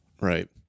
Right